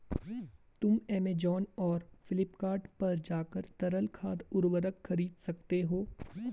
तुम ऐमेज़ॉन और फ्लिपकार्ट पर जाकर तरल खाद उर्वरक खरीद सकते हो